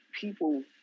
people